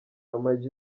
amag